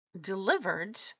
delivered